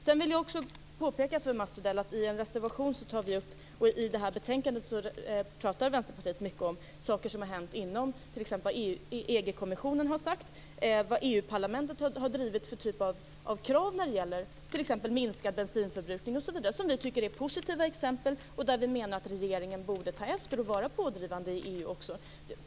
Jag vill också påpeka för Mats Odell att Vänsterpartiet i detta betänkande tar upp mycket om t.ex. vad EG-kommissionen har sagt och om vad EU parlamentet har drivit för krav när det gäller minskad bensinförbrukning osv. Vi tycker att det är positiva exempel. Vi menar att regeringen borde ta efter och vara pådrivande i EU.